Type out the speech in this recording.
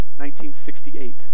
1968